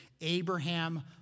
Abraham